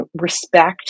respect